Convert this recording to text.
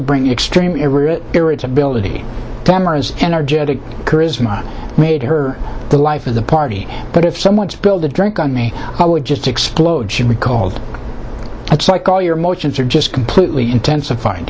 bring in extreme irritability cameras and our genetic charisma made her the life of the party but if someone's build a drink on me i would just explode she recalled it's like all your emotions are just completely intensified